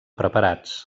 preparats